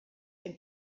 ein